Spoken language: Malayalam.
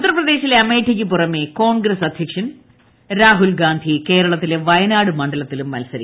ഉത്തർപ്രദേശിലെ അമേഠിക്ക് പ്പുറമേ കോൺഗ്രസ് അധ്യക്ഷൻ രാഹുൽഗാന്ധി കേരള്ത്തിലെ വയനാട് മണ്ഡലത്തിലും മത്സരിക്കും